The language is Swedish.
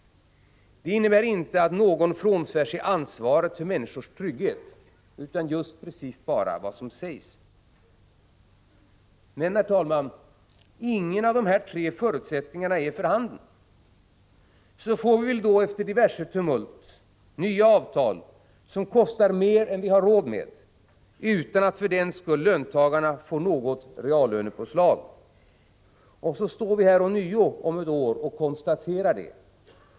Detta innebär inte att någon frånsvär sig ansvaret för människors trygghet utan just precis bara vad som sägs. Men, herr talman, ingen av dessa tre förutsättningar är för handen. Så får vi väl då efter diverse tumult nya avtal som kostar mer än vi har råd med, utan att för den skull löntagarna får något reallönepåslag. Och så står vi här ånyo om ett år och konstaterar detta.